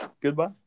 Goodbye